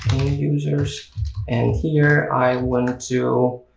and users and here i want to